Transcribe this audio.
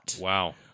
Wow